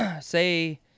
say